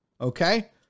okay